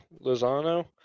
Lozano